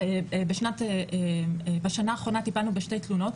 בשנה האחרונה טיפלנו בשתי תלונות,